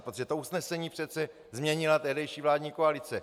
Protože to usnesení přece změnila tehdejší vládní koalice.